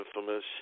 Infamous